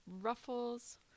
ruffles